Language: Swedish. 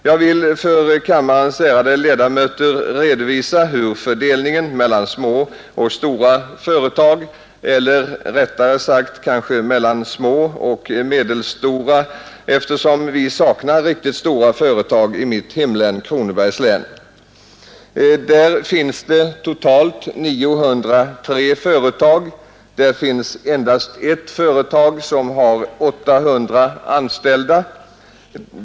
Jag vill för kammarens ledamöter redovisa fördelningen mellan små och stora företag eller rättare sagt mellan små och medelstora, eftersom vi saknar riktigt stora företag i mitt hemlän Kronobergs län. Där finns det totalt 903 företag. Där finns endast 1 företag som har 800 anställda.